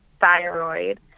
thyroid